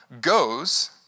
goes